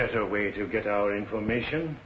better way to get out information